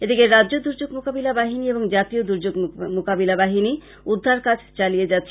এদিকে রাজ্য দুযোগ মোকাবিলা বাহিনী ও জাতীয় দুযোগ মোকাবিলা বাহিনী উদ্ধার কাজ চালিয়ে যাচ্ছে